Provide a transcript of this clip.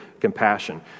compassion